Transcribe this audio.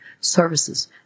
services